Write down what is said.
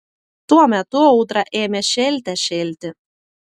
tuo metu audra ėmė šėlte šėlti